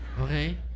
Okay